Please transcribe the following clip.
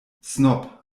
snob